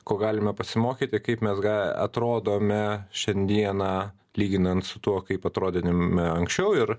ko galime pasimokyti kaip mes ga atrodome šiandieną lyginant su tuo kaip atrodinime anksčiau ir